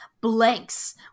Blanks